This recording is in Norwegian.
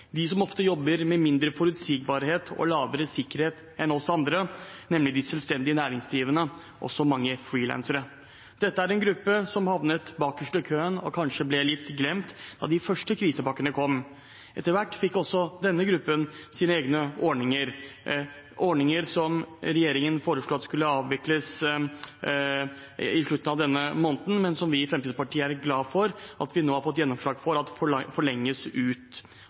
de som ofte jobber med mindre forutsigbarhet og lavere sikkerhet enn oss andre, nemlig de selvstendig næringsdrivende og også mange frilansere. Dette er en gruppe som havnet bakerst i køen, og som kanskje ble litt glemt da de første krisepakkene kom. Etter hvert fikk også denne gruppen sine egne ordninger, ordninger som regjeringen foreslo at skulle avvikles i slutten av denne måneden, men som vi i Fremskrittspartiet er glad for at vi nå i den siste krisepakken har fått gjennomslag for at forlenges ut